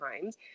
times